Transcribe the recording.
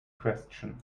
question